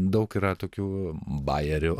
daug yra tokių bajerių